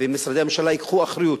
ומשרדי הממשלה ייקחו אחריות,